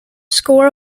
score